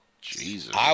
Jesus